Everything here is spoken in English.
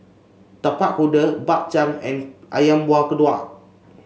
Tapak Kuda Bak Chang and ayam Buah Keluak